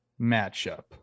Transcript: matchup